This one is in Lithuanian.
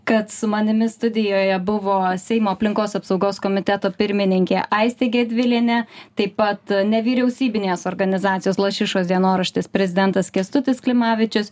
kad su manimi studijoje buvo seimo aplinkos apsaugos komiteto pirmininkė aistė gedvilienė taip pat nevyriausybinės organizacijos lašišos dienoraštis prezidentas kęstutis klimavičius